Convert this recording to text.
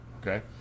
okay